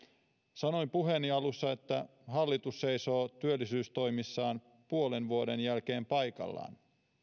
sanoin puheeni alussa että hallitus seisoo työllisyystoimissaan puolen vuoden jälkeen paikallaan